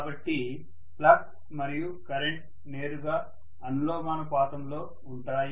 కాబట్టి ఫ్లక్స్ మరియు కరెంట్ నేరుగా అనులోమానుపాతంలో ఉంటాయి